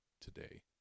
today